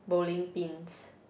bowling pins